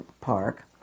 park